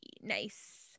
nice